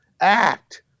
act